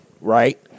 right